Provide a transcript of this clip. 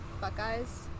Buckeyes